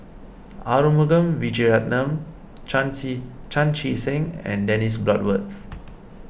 Arumugam Vijiaratnam Chan Chee Seng and Dennis Bloodworth